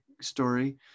story